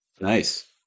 Nice